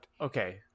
Okay